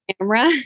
camera